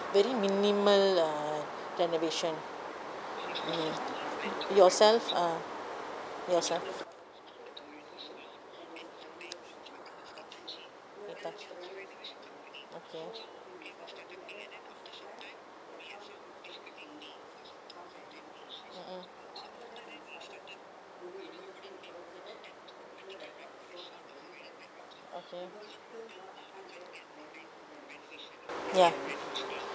very minimal uh renovation mm yourself uh yourself ya